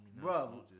bro